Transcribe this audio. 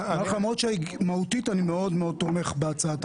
למרות שמהותית אני מאוד תומך בהצעת החוק.